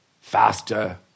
faster